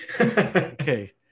Okay